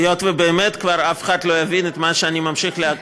עכשיו גם אני איבדתי את חוט המחשבה,